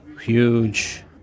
huge